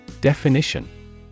Definition